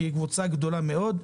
שהיא קבוצה גדולה מאוד,